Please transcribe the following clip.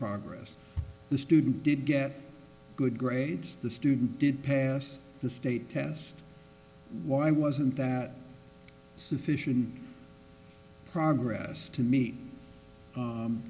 progress the student did get good grades the student did pass the state test why wasn't that sufficient progress to